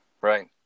right